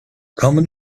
common